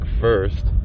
first